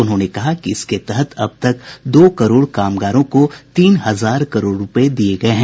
उन्होंने कहा कि इसके तहत अब तक दो करोड़ कामगारों को तीन हजार करोड़ रुपये दिये गये हैं